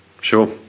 Sure